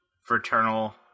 fraternal